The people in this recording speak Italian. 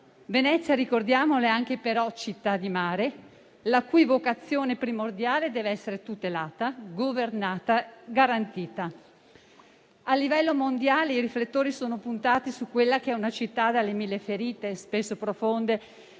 Venezia - ricordiamolo - è anche, però, città di mare, la cui vocazione primordiale deve essere tutelata, governata, garantita. A livello mondiale i riflettori sono puntati su quella che è una città dalle mille ferite, spesso profonde,